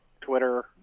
Twitter